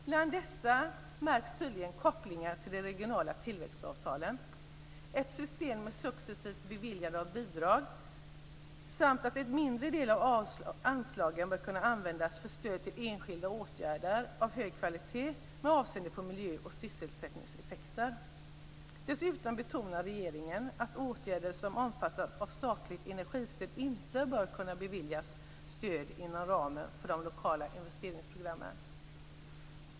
Bland dessa märks tydligare kopplingar till de regionala tillväxtavtalen, ett system med successivt beviljande av bidrag samt att en mindre del av anslaget bör kunna användas för stöd till enskilda åtgärder av hög kvalitet med avseende på miljö och sysselsättningseffekter. Dessutom betonar regeringen att åtgärder som omfattas av statliga energistöd inte bör kunna beviljas stöd inom ramen för de lokala investeringsprogrammen.